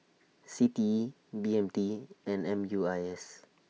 C T E B M T and M U I S